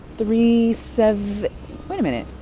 three seven wait a minute.